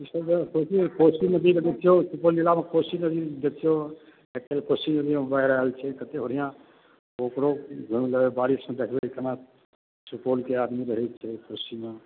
कोशी नदी छै सुपौल जिलामे कोशी नदी देखिऔ आइ काल्हि कोशी नदीमे बाढ़ि आएल छै कते बढ़िआँ ओकरो बारिशमे देखबै केना सुपौलके आदमी रहै छै कोशीमे